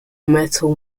metal